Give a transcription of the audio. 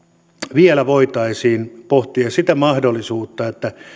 vielä voitaisiin pohtia sitä mahdollisuutta että